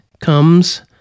comes